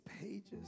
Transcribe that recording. pages